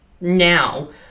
now